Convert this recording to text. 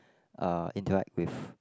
uh interact with